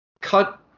cut